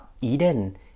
Eden